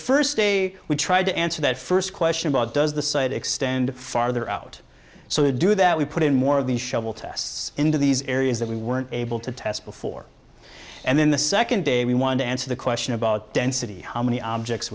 first day we tried to answer that first question about does the site extend farther out so to do that we put in more of the shovel tests into these areas that we weren't able to test before and then the second day we wanted to answer the question about density how many objects